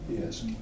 Yes